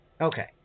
Okay